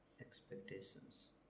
expectations